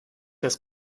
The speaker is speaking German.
das